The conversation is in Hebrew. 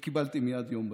ומייד קיבלתי יום ביציאה.